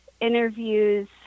interviews